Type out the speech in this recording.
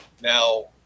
Now